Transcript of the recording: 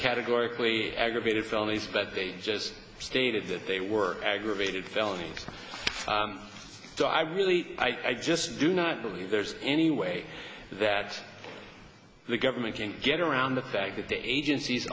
categorically aggravated felonies but they just stated that they were aggravated felony so i really i just do not believe there's any way that the government can get around the fact that the agencies